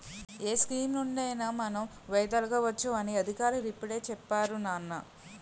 ఏ స్కీమునుండి అయినా మనం వైదొలగవచ్చు అని అధికారులు ఇప్పుడే చెప్పేరు నాన్నా